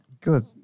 Good